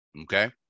Okay